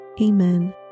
Amen